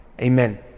Amen